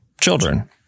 children